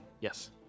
Yes